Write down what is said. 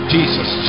Jesus